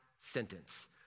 sentence